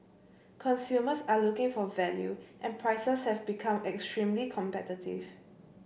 consumers are looking for value and prices have become extremely competitive